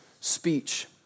speech